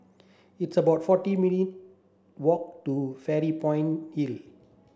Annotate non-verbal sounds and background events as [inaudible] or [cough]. it's about forty [unintelligible] walk to Fairy Point [unintelligible]